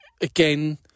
again –